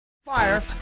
Fire